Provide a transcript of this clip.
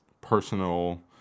personal